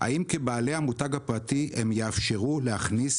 האם כבעלי המותג הפרטי הן יאפשרו להכניס